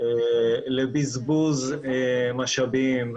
לבזבוז משאבים.